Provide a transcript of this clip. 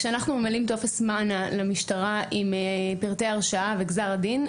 כשאנחנו ממלאים טופס למשטרה עם פרטי הרשעה וגזר דין,